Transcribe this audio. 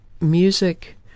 music